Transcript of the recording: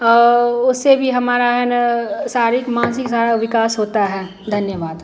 और उससे भी हमारा है ना शारीरिक मानसिक सारा विकास होता है धन्यवाद